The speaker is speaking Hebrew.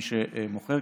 מי שמוכר.